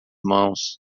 mãos